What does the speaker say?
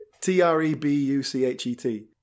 T-R-E-B-U-C-H-E-T